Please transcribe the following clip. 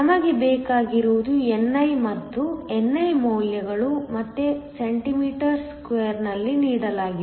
ನಮಗೆ ಬೇಕಾಗಿರುವುದು ni ಮತ್ತು ni ಮೌಲ್ಯಗಳು ಮತ್ತೆ cm 3 ನಲ್ಲಿ ನೀಡಲಾಗಿದೆ